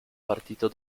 partito